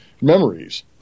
memories